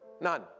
none